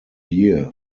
year